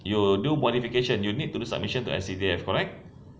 you do modification you need to do submission to S_C_D_F correct